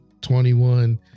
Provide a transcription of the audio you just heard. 21